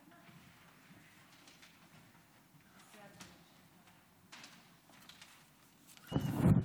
חמש דקות, אדוני.